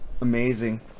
Amazing